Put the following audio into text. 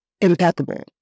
impeccable